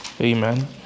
Amen